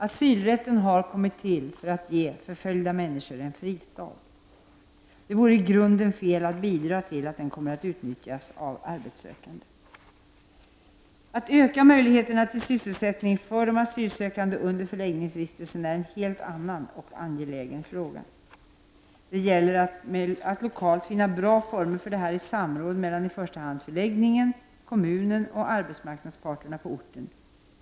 Asylrätten har tillkommit för att ge förföljda människor en fristad. Det vore i grunden fel att bidra till att den kommer att utnyttjas av arbetssökande. Att öka möjligheterna till sysselsättning för de asylsökande under förläggningsvistelsen är en helt annan -- och angelägen -- fråga. Det gäller att lokalt finna bra former för detta i samråd mellan i första hand förläggningen, kommunen och arbetsmarknadsparterna på orten.